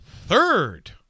third